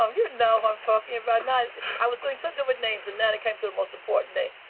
um you know who i'm talking about. and i i was doing so good with names, and then i came to the most important name.